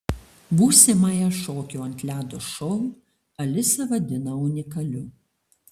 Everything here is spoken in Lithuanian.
būsimąją šokių ant ledo šou alisa vadina unikaliu